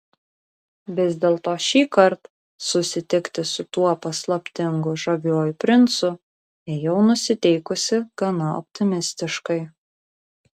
vis dėlto šįkart susitikti su tuo paslaptingu žaviuoju princu ėjau nusiteikusi gana optimistiškai